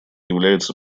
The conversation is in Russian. является